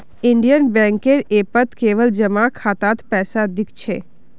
Indian बैंकेर ऐपत केवल जमा खातात पैसा दि ख छेक